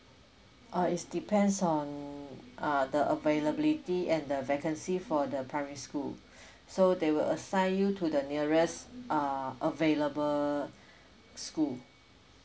uh is depends uh the availability and the vacancy for the primary school so they will assign you to the nearest err available school